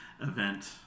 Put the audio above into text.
event